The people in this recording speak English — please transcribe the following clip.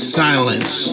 silence